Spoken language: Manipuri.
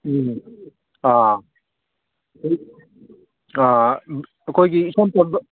ꯎꯝ ꯑꯥ ꯑꯥ ꯑꯩꯈꯣꯏꯒꯤ ꯏꯆꯝ ꯆꯝꯕ